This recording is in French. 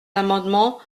l’amendement